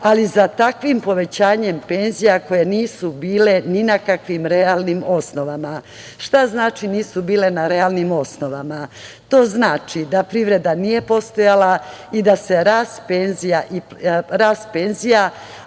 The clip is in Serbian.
ali za takvim povećanjem penzija koje nije bilo ni na kakvim realnim osnovama. Šta znači – nije bilo na realnim osnovama? To znači da privreda nije postojala i da se rast penzija